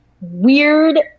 weird